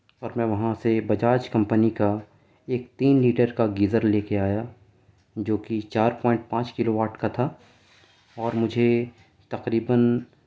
اور میں وہاں سے بجاج کمپنی کا ایک تین لیٹر کا گیزر لے کے آیا جوکہ چار پوائنٹ پانچ کلو واٹ کا تھا اور مجھے تقریباََ